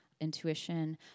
intuition